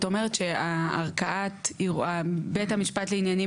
את אומרת שערכאת בית המשפט לעניינים